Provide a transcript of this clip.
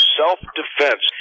self-defense